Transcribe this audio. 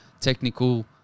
technical